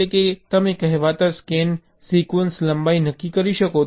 એટલે કે તમે કહેવાતા સ્કેન સિક્વન્સ લંબાઈ નક્કી કરી શકો છો